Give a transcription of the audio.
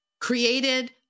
created